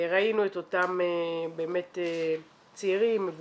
ראינו את אותם צעירים, מבוגרים,